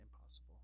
impossible